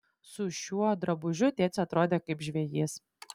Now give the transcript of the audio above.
su šiuo drabužiu tėtis atrodė kaip žvejys